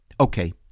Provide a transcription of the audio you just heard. Okay